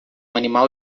animal